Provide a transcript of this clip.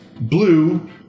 blue